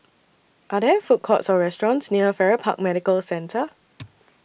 Are There Food Courts Or restaurants near Farrer Park Medical Centre